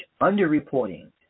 underreporting